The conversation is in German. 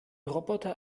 roboter